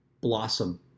blossom